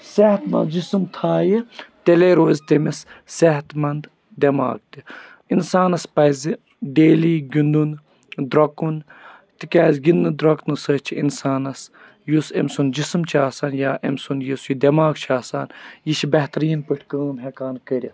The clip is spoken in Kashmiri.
صحت منٛد جسم تھایہِ تیٚلے روزِ تٔمِس صحت منٛد دیٚماغ تہِ اِنسانَس پَزِ ڈیلی گِنٛدُن درٛوکُن تِکیٛازِ گِنٛدنہٕ درٛوکنہٕ سۭتۍ چھُ اِنسانَس یُس أمۍ سُنٛد جسم چھُ آسان یا أمۍ سُنٛد یُس یہِ دیٚماغ چھُ آسان یہِ چھُ بہتریٖن پٲٹھۍ کٲم ہیٚکان کٔرِتھ